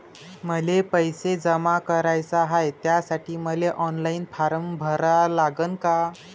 मले पैसे जमा कराच हाय, त्यासाठी मले ऑनलाईन फारम भरा लागन का?